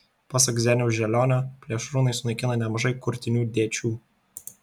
pasak zeniaus želionio plėšrūnai sunaikina nemažai kurtinių dėčių